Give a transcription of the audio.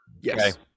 Yes